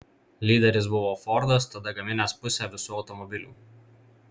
lyderis buvo fordas tada gaminęs pusę visų automobilių